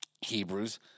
Hebrews